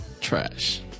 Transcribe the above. Trash